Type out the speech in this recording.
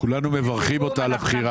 כולנו מברכים אותה על הבחירה.